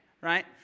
right